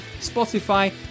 Spotify